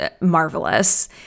marvelous